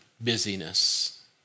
busyness